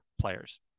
players